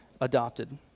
adopted